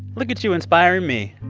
look at you inspiring me.